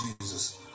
jesus